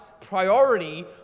priority